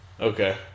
Okay